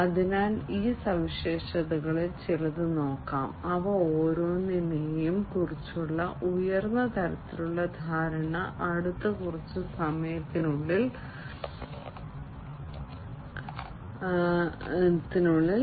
അതിനാൽ ഈ സവിശേഷതകളിൽ ചിലത് നോക്കാം ഇവ ഓരോന്നിനെയും കുറിച്ചുള്ള ഉയർന്ന തലത്തിലുള്ള ധാരണ അടുത്ത കുറച്ച് സമയത്തിനുള്ളിൽ